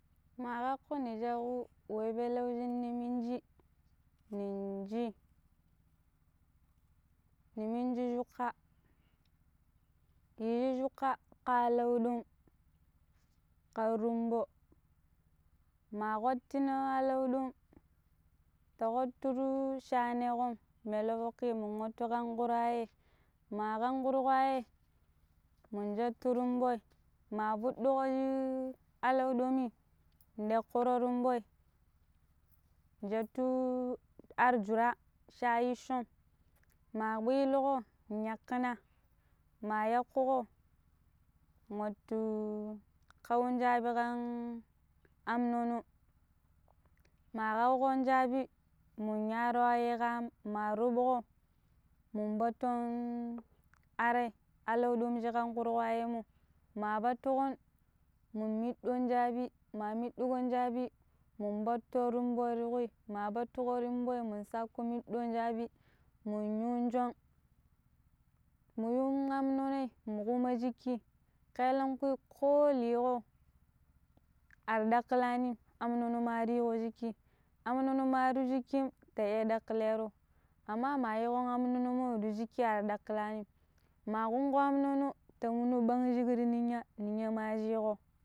In ma ƙakko ni ƙabu wei beleu shin na minji nin ji, ni minji chookka yiishi chooka ka alau dom ka rumba ma kwattina alau dom ta waturu si a neƙom melo fokki mun wattu kanƙuru a ye ma kanƙuru a ye mun jettu rumboi ma fuduƙo ji alau ɗommi nekuro rumboi jettu ari jura shi a ishom ma kwiliƙom yakina ma yakuƙo nwattu kawu jabi ƙan an nono ma kauƙon jabi mun rayowaye ka aam ma rubuƙo mun batton arai alau dom shi kanƙuruwayenmo ma batuƙon mun minɗon jabi ma mitdiƙon jabi mun ɓatton rumboi ti ƙui ma batuko rumɓoi man sako midɗon jabi mun yun shọn mun yun am nonoi ma ƙemo jiki ƙaelenƙu ko liiƙo aar ɗakilani am nono ma reeƙo shikki, am nono ma ru jikkim ta iya dakilero, amma ma yiƙomo aam nonomo ti shikki aar dakilani maa ƙungo aam nono ti muno bangji ti shikki ti ninya ninya ma shiƙo